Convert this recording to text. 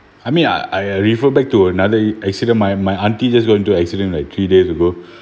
I mean I I refer back to another accident my my auntie just got into accident like three days ago